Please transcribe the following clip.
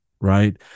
Right